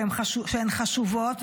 שהן חשובות,